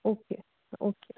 okay okay